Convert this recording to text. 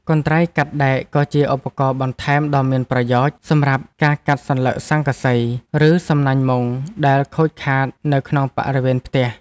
កន្ត្រៃកាត់ដែកក៏ជាឧបករណ៍បន្ថែមដ៏មានប្រយោជន៍ សម្រាប់ការកាត់សន្លឹកស័ង្កសី ឬសំណាញ់មុងដែលខូចខាតនៅក្នុងបរិវេណផ្ទះ។